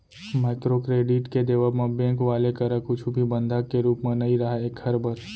micro credit के देवब म बेंक वाले करा कुछु भी बंधक के रुप म नइ राहय ऐखर बर